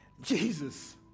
Jesus